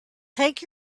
take